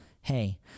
hey